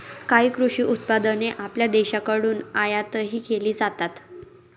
काही कृषी उत्पादने आपल्या देशाकडून आयातही केली जातात